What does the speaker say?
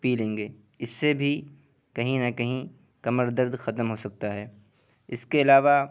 پی لیں گے اس سے بھی کہیں نہ کہیں کمر درد ختم ہو سکتا ہے اس کے علاوہ